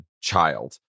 child